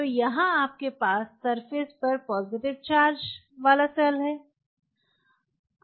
तो यहां आपके पास सरफेस पर पॉजिटिव चार्ज वाला सेल है